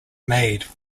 made